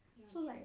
so like